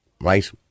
Right